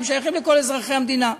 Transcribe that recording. הם שייכים לכל אזרחי המדינה.